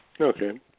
Okay